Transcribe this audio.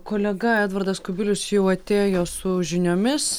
kolega edvardas kubilius jau atėjo su žiniomis